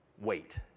Wait